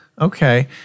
Okay